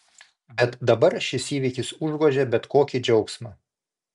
bet dabar šis įvykis užgožia bet kokį džiaugsmą